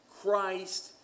Christ